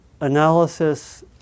analysis